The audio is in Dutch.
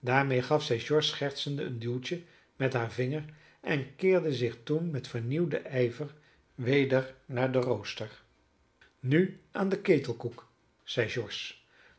daarmede gaf zij george schertsende een duwtje met haar vinger en keerde zich toen met vernieuwden ijver weder naar den rooster nu aan den ketelkoek zeide george